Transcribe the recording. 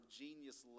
genius